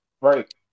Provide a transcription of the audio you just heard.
Right